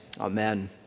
Amen